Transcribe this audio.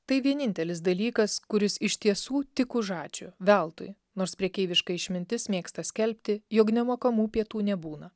tai vienintelis dalykas kuris iš tiesų tik už ačiū veltui nors prekeiviška išmintis mėgsta skelbti jog nemokamų pietų nebūna